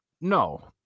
no